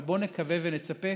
אבל בואו נקווה ונצפה